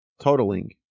totaling